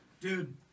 Dude